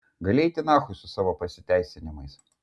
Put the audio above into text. gali eit nachui su savo pasiteisinimais